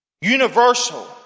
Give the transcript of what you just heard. Universal